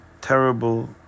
terrible